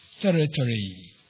territory